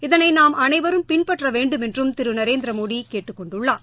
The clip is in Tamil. இதனை நாம் அனைவரும் பின்பற்ற வேண்டுமென்றும் திரு நரேந்திரமோடி கேட்டுக் கொண்டுள்ளார்